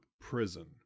prison